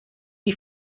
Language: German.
die